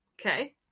Okay